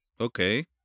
okay